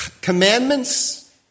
Commandments